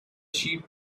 sheep